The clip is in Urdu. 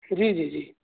جی جی جی